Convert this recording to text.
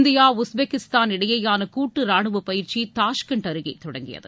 India Uzbekistan இடையேயான கூட்டு ரானுவப் பயிற்சி தாஷ்கண்ட் அருகே தொடங்கியது